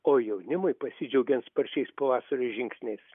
o jaunimui pasidžiaugiant sparčiais pavasario žingsniais